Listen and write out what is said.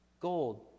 gold